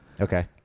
Okay